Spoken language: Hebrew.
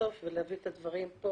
לחשוף ולהביא את הדברים פה